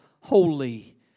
holy